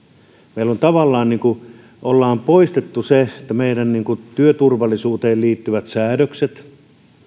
me tavallaan olemme poistaneet sen kun meidän työturvallisuuteen liittyvät säädökset